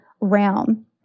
realm